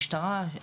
משטרה,